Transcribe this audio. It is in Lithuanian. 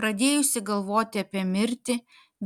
pradėjusi galvoti apie mirtį